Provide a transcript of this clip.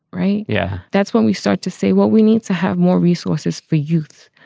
right? yeah. that's when we start to say what we need to have more resources for youth.